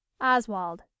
Oswald